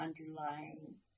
underlying